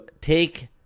take